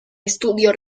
estudio